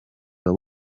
wawe